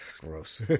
Gross